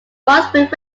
brunswick